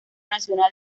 nacional